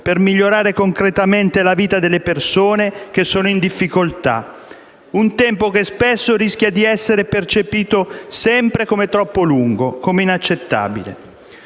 per migliorare concretamente la vita della persone che sono in difficoltà, un tempo che spesso rischia di essere percepito sempre come troppo lungo, come inaccettabile.